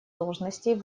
должностей